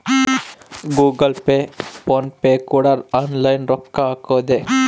Google Pay PhonePe ಕೂಡ online ರೊಕ್ಕ ಹಕೊದೆ